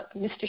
Mr